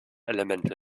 elemente